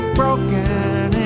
broken